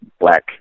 black